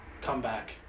comeback